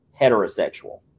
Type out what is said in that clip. heterosexual